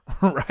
Right